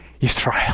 Israel